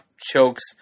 chokes